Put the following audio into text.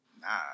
Nah